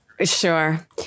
Sure